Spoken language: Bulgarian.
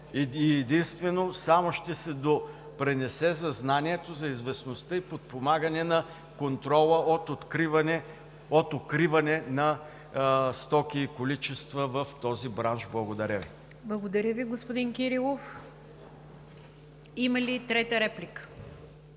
единствено само ще се допринесе за знанието, за известността и подпомагане на контрола от укриване на стоки и количества в този бранш. Благодаря Ви. ПРЕДСЕДАТЕЛ НИГЯР ДЖАФЕР: Благодаря Ви, господин Кирилов. Има ли трета реплика?